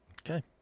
Okay